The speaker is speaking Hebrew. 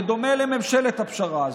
בדומה לממשלת הפשרה הזו.